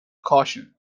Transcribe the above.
caution